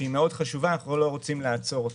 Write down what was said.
שהיא חשובה מאוד ואנחנו לא רוצים לעצור אותה.